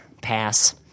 pass